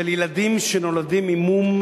של ילדים שנולדים עם מום,